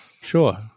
Sure